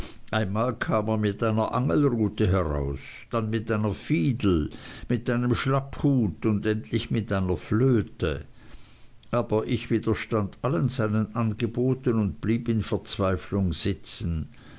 einmal kam er mit einer angelrute heraus dann mit einer fiedel mit einem schlapphut und endlich mit einer flöte aber ich widerstand allen seinen angeboten und blieb in verzweiflung sitzen